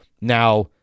Now